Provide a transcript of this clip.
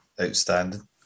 outstanding